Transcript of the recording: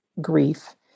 grief